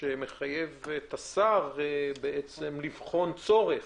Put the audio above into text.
שמחייב את השר לבחון צורך,